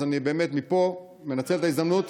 אז מפה אני מנצל את ההזדמנות